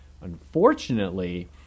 Unfortunately